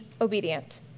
obedient